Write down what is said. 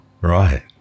right